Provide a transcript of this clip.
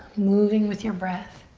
moving with your breath.